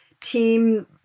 team